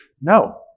No